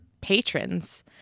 patrons